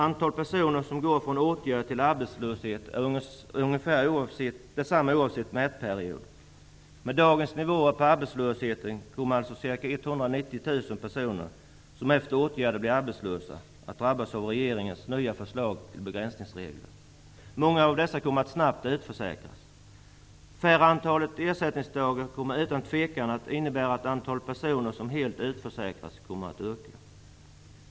Antalet personer som går från åtgärd till arbetslöshet är ungefär detsamma oavsett mätperiod. Med dagens nivåer på arbetslösheten kommer alltså ca 190 000 personer, som efter åtgärder blir arbetslösa, att drabbas av regeringens förslag till nya begränsningsregler. Många av dessa kommer snabbt att utförsäkras. Mindre antal ersättningsdagar kommer utan tvekan att innebära att antalet personer som helt utförsäkras kommer att öka.